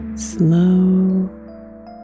Slow